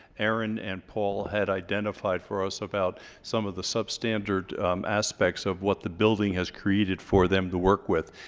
erin and paul had identified for us about some of the substandard aspects of what the building has created for them to work with,